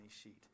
sheet